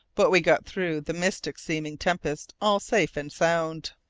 but we got through the mystic-seeming tempest all safe and sound.